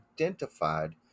identified